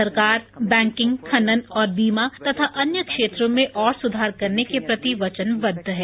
सरकार बैंकिंग खनन और बीमा तथा अन्य क्षेत्रों में और सुधार करने के प्रति वचनबद्ध है